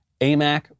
AMAC